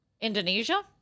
Indonesia